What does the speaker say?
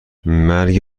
مرگ